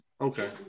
Okay